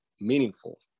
meaningful